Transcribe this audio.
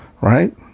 right